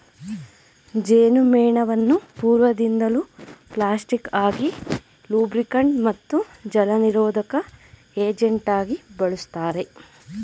ಜೇನುಮೇಣವನ್ನು ಪೂರ್ವದಿಂದಲೂ ಪ್ಲಾಸ್ಟಿಕ್ ಆಗಿ ಲೂಬ್ರಿಕಂಟ್ ಮತ್ತು ಜಲನಿರೋಧಕ ಏಜೆಂಟಾಗಿ ಬಳುಸ್ತಾರೆ